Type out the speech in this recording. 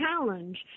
challenge